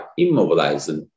immobilizing